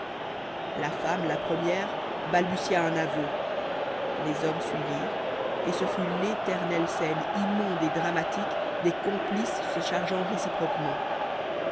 la femme la première balbutia un aveu les hommes suivirent et ce fut l'éternelle scène immonde et dramatique des complices se chargeant réciproquement